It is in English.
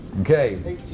Okay